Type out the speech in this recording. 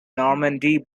normandy